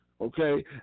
Okay